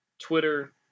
Twitter